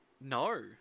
No